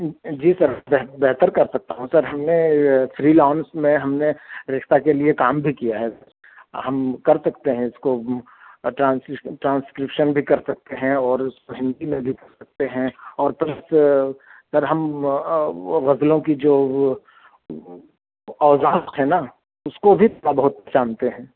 جی sir بہت بہتر کر سکتا ہوں سر ہم نے فری لانس میں ہم نے ریختہ کے لیے کام بھی کیا ہے سر ہم کر سکتے ہیں اِس کو ٹرانسلیشن ٹرانسکرپشن بھی کر سکتے ہیں اور اُس کو ہندی میں بھی کر سکتے ہیں اور پلس سر ہم غزلوں کی جو وہ اَوزار ہیں نا اُس کو بھی تھوڑا بہت جانتے ہیں